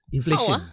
Inflation